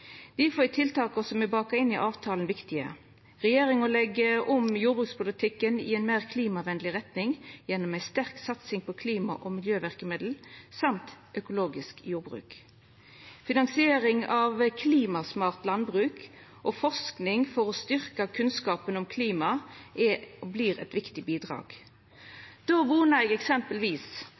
Difor er tiltaka som er baka inn i avtalen, viktige. Regjeringa legg om jordbrukspolitikken i ei meir klimavenleg retning gjennom ei sterk satsing på klima- og miljøverkemiddel samt økologisk jordbruk. Finansiering av klimasmart landbruk og forsking for å styrkja kunnskapen om klima er og vert eit viktig bidrag. Då vonar eg eksempelvis